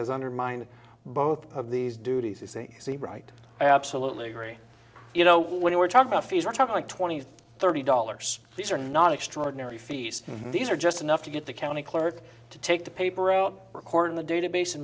has undermined both of these duties right i absolutely agree you know what you were talking about fees are talking like twenty thirty dollars these are not extraordinary fees these are just enough to get the county clerk to take the paper out record in the database and